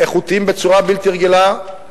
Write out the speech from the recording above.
איכותיים בצורה בלתי רגילה,